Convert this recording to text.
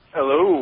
Hello